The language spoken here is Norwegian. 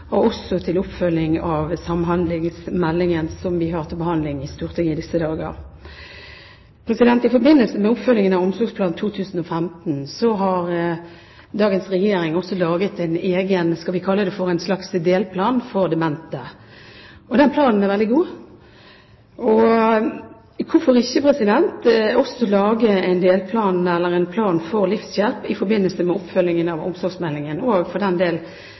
og også til oppfølgingen av samhandlingsmeldingen som vi har til behandling i Stortinget i disse dager. I forbindelse med oppfølgingen av Omsorgsplan 2015 har dagens regjering også laget en slags, skal vi kalle det, delplan for demente. Den planen er veldig god. Hvorfor ikke også lage en delplan, eller en plan for livshjelp, i forbindelse med oppfølgingen av omsorgsmeldingen og for den